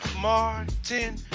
Martin